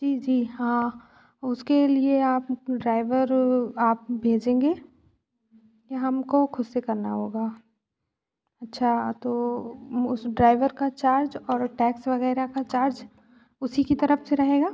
जी जी हाँ उसके लिए आप ड्राइवर आप भेजेंगे या हम को ख़ुद से करना होगा अच्छा तो उस ड्राइवर का चार्ज और टैक्स वग़ैरह का चार्ज उसी की तरफ़ से रहेगा